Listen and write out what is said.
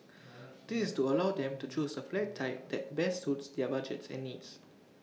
this is to allow them to choose the flat type that best suits their budgets and needs